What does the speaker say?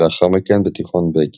ולאחר מכן בתיכון "בגין".